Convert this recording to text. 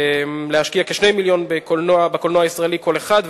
מחויבים להשקיע כ-2 מיליון בקולנוע הישראלי כל אחד,